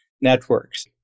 networks